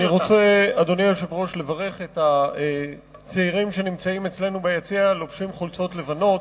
אני רוצה לברך את הצעירים ביציע שלובשים חולצות לבנות.